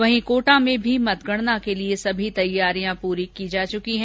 वहीं कोटा में भी मतगणना के लिये सभी तैयारियां पूरी की जा चुकी है